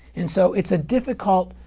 and so it's a difficult